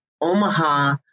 Omaha